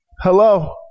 Hello